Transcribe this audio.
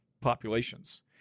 populations